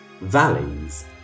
valleys